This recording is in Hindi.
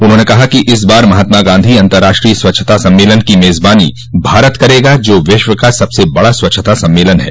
उन्होंने कहा कि इस बार महात्मा गांधी अंतर्राष्ट्रीय स्वच्छता सम्मेलन की मेजबानी भारत करेगा जो विश्व का सबसे बड़ा स्वच्छता सम्मेलन है